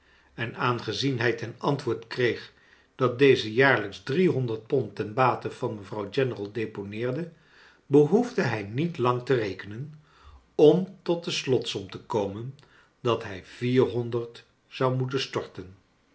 en aangezien hij ten antwoord kreeg dat deze jaarlijks driehonderd pond ten bate van mevrouw general deponeerde behoefde hij niet lang te rekenen om tot de slots om te komen dat hij vierhonderd zou moeten storten